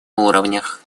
уровнях